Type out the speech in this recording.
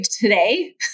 today